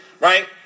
Right